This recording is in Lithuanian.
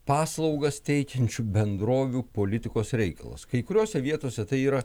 paslaugas teikiančių bendrovių politikos reikalas kai kuriose vietose tai yra